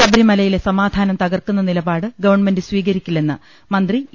ശബരിമലയിലെ സമാധാനം തകർക്കുന്ന നിലപാട് ഗവൺമെന്റ് സ്വീകരിക്കില്ലെന്ന് മന്ത്രി ഇ